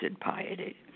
piety